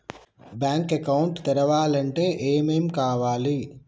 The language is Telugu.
బ్యాంక్ అకౌంట్ తెరవాలంటే ఏమేం కావాలి?